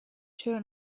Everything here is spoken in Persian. چرا